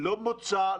קיימנו שיחות,